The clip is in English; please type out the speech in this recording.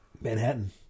Manhattan